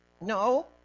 No